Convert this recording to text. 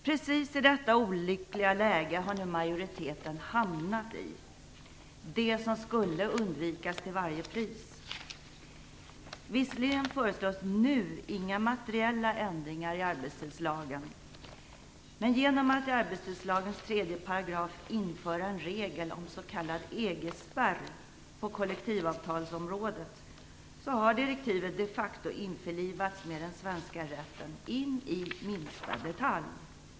Precis detta olyckliga läge har nu majoriteten hamnat i - det som skulle undvikas till varje pris. Visserligen föreslås nu inga materiella ändringar i arbetstidslagen, men genom att det i arbetstidslagens 3 § införs en regel om s.k. EG-spärr på kollektivavtalsområdet har direktivet de facto införlivats med den svenska rätten in i minsta detalj.